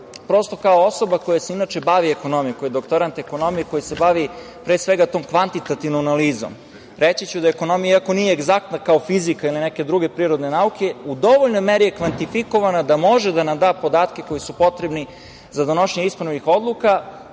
način. Prosto, kao osoba koja se inače bavi ekonomijom, koja je doktorant ekonomije i koji se bavi, pre svega, tom kvantitativnom analizom, reći ću da ekonomija iako nije egzaktna kao fizika ili neke druge prirodne nauke, u dovoljnoj meri je kvantifikovana da može da nam da podatke koje su potrebni za donošenje ispravnih odluka,